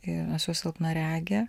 ir esu silpnaregė